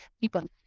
people